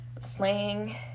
slaying